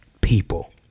people